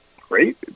Great